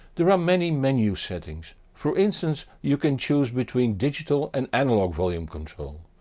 there are many menu settings, for instance you can choose between digital and analog volume control,